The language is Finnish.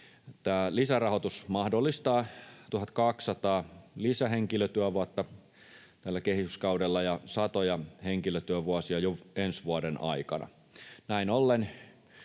lisärahoitus mahdollistaa 1 200 lisähenkilötyövuotta tällä kehyskaudella ja satoja henkilötyövuosia jo ensi vuoden aikana.